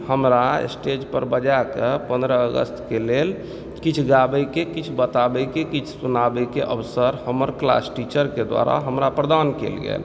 हमरा स्टेज पर बजाके पन्द्रह अगस्त के लेल किछु गाबए के किछु बताबए के किछु सुनाबए के अवसर हमर क्लासटीचर के द्वारा हमरा प्रदान कयल गेल